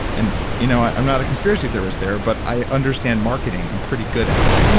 and you know i'm not a conspiracy theorist there, but i understand marketing. i'm pretty good at it.